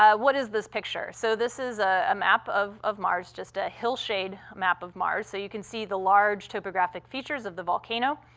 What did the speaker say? um what is this picture? so this is a ah map of of mars. just a hill-shade map of mars. mars. so you can see the large topographic features of the volcano.